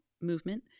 movement